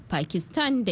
Pakistan